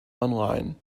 online